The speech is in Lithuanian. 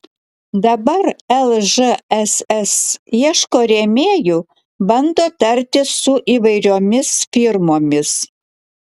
dabar lžss ieško rėmėjų bando tartis su įvairiomis firmomis